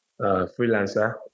freelancer